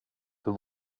the